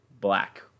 black